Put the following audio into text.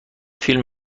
فیلم